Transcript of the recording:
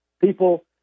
People